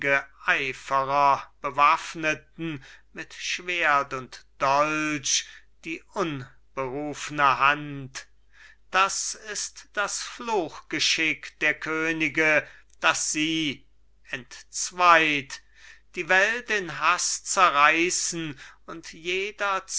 bewaffneten mit schwert und dolch die unberufne hand das ist das fluchgeschick der könige daß sie enzweit die welt in haß zerreißendd und jeder